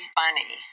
funny